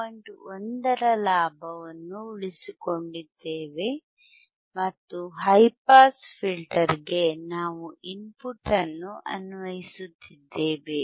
1 ರ ಲಾಭವನ್ನು ಉಳಿಸಿಕೊಂಡಿದ್ದೇವೆ ಮತ್ತು ಹೈ ಪಾಸ್ ಫಿಲ್ಟರ್ಗೆ ನಾವು ಇನ್ಪುಟ್ ಅನ್ನು ಅನ್ವಯಿಸುತ್ತಿದ್ದೇವೆ